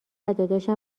داداشم